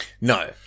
No